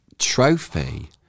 trophy